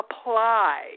apply